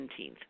17th